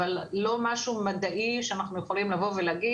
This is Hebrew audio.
אבל לא משהו מדעי שאנחנו יכולים לבוא ולהגיד